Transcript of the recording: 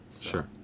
Sure